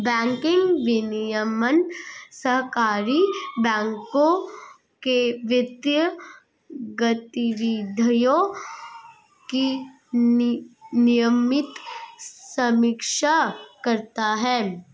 banking विनियमन सहकारी बैंकों के वित्तीय गतिविधियों की नियमित समीक्षा करता है